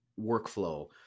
workflow